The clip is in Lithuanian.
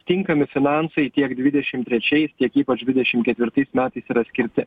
tinkami finansai tiek dvidešim trečiais tiek ypač dvidešim ketvirtais metais yra skirti